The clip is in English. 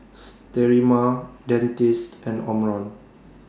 Sterimar Dentiste and Omron